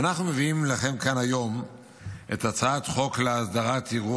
אנחנו מביאים לכם כאן היום את הצעת החוק להסדרת אירוע